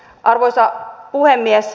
arvoisa puhemies